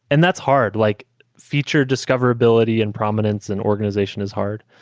and that's hard. like feature discoverability and prominence and organization is hard.